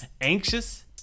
anxious